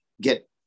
get